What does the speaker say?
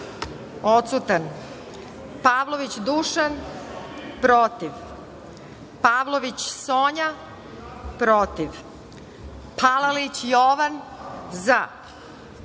odsutanPavlović Dušan – protivPavlović Sonja – protivPalalić Jovan –